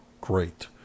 great